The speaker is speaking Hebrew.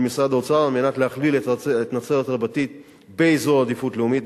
משרד האוצר על מנת להכליל את נצרת-רבתי באזור עדיפות לאומית,